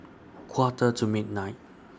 Quarter to midnight